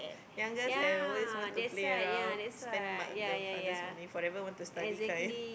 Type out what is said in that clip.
youngest and always want to play around spend mo~ the father's money forever want to study kind